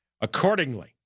Accordingly